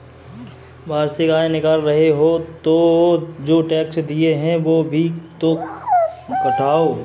वार्षिक आय निकाल रहे हो तो जो टैक्स दिए हैं वो भी तो घटाओ